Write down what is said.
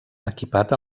equipat